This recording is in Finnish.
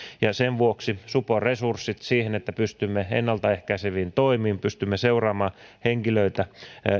ja sen vuoksi satsaamme tässä budjetissa lisää myöskin supon resursseihin siihen että pystymme ennalta ehkäiseviin toimiin pystymme seuraamaan henkilöitä